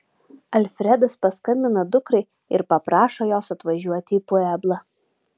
alfredas paskambina dukrai ir paprašo jos atvažiuoti į pueblą